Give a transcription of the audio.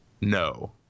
No